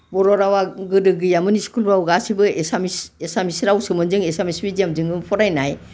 बर' रावआ गोदो गैयामोन स्कुलब्लाबो गासैबो एसामिस एसामिस रावसोमोन जों एसामिस मिडियामजोंनो फरायनाय